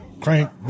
crank